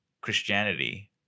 Christianity